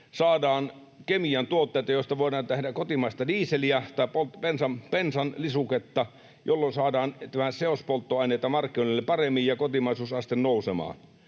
saadaan kemiantuotteita, joista voidaan tehdä kotimaista dieseliä tai bensan lisuketta, jolloin saadaan seospolttoaineita markkinoille paremmin ja kotimaisuusaste nousemaan.